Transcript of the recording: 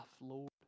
Lord